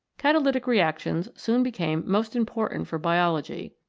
cata lytic reactions soon became most important for biology.